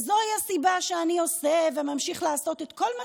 זוהי הסיבה שאני עושה וממשיך לעשות את כל מה